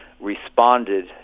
responded